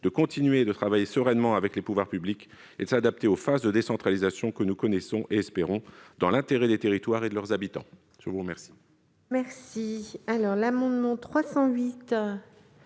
de continuer de travailler sereinement avec les pouvoirs publics et de s'adapter aux phases de décentralisation que nous connaissons ou appelons de nos voeux, dans l'intérêt des territoires et de leurs habitants. L'amendement